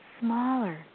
smaller